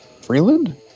Freeland